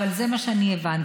אבל זה מה שאני הבנתי.